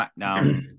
smackdown